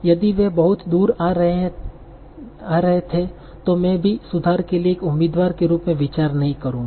यदि वे बहुत दूर आ रहे थे तो मैं भी सुधार के लिए एक उम्मीदवार के रूप में विचार नहीं करूंगा